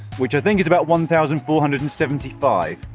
which i think is about one thousand four hundred and seventy five.